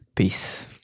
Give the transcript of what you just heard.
Peace